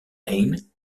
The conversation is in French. hein